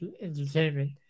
Entertainment